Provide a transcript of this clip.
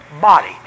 body